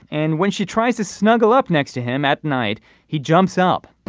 and when she tries to snuggle up next to him at night he jumps up